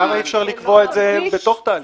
למה אי-אפשר לקבוע את זה בתוך תהליך ההפרטה?